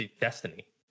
Destiny